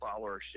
followership